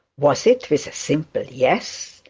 was it with a simple yes,